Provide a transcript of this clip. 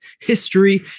history